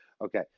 Okay